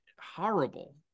horrible